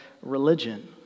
religion